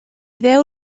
déu